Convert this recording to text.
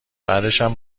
بعدشم